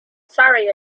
surrey